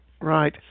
Right